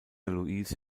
louise